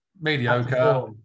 mediocre